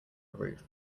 roof